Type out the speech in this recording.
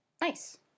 Nice